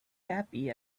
happy